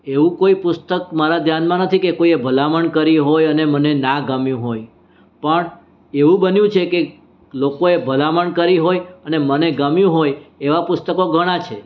એવું કોઈ પુસ્તક મારા ધ્યાનમાં નથી કે કોઈએ ભલામણ કરી હોય અને મને ના ગમ્યું હોય પણ એવું બન્યું છે કે લોકો એ ભલામણ કરી હોય અને મને ગમ્યું હોય એવાં પુસ્તકો ઘણાં છે